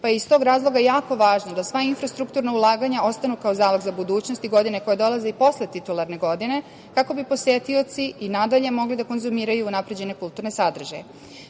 pa je iz tog razloga jako važno da sva infrastrukturna ulaganja ostanu kao zalog za budućnost i godine koje dolaze i posle titularne godine, kako bi posetioci i nadalje mogli da konzumiraju unapređene kulturne sadržaje. Primer